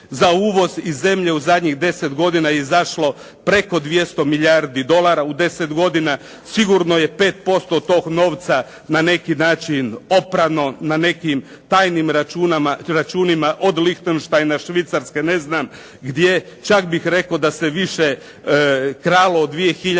za uvoz. Iz zemlje u zadnjih 10 godina je izašlo preko 200 milijardi dolara u 10 godina, sigurno je 5% tog novca na neki način oprano, na nekim tajnim računima od Lihtenštajna, Švicarske, ne znam gdje. Čak bih rekao da se više kralo 2003.